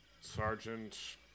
Sergeant